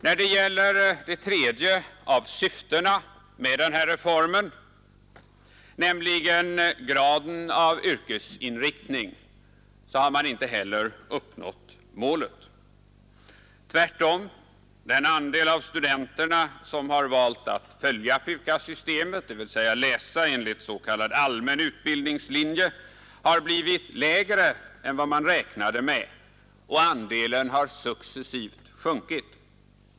När det gäller det tredje av syftena med denna reform, nämligen graden av yrkesinriktning, har man inte heller uppnått målet. Tvärtom — den andel av studenterna som har valt att följa PUKAS-systemet, dvs. läsa enligt s.k. allmän utbildningslinje, har blivit lägre än vad man räknade med, och andelen har successivt sjunkit.